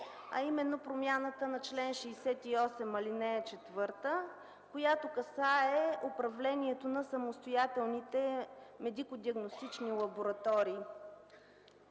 а именно промяната на чл. 68, ал. 4, която касае управлението на самостоятелните медико-диагностични лаборатории.